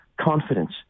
confidence